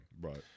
right